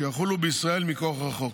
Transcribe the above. שיחולו בישראל מכוח החוק,